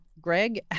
Greg